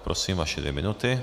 Prosím, vaše dvě minuty.